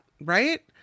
right